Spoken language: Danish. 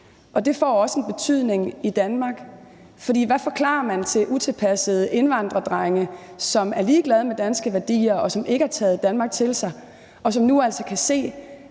Det får også en betydning i Danmark. For hvordan forklarer man det til utilpassede unge indvandrerdrenge, som er ligeglade med danske værdier, som ikke har taget Danmark til sig, og som nu altså kan se,